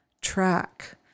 track